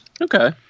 Okay